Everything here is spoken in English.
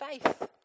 faith